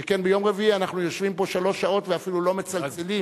שכן ביום רביעי אנחנו יושבים פה שלוש שעות ואפילו לא מצלצלים.